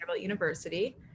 University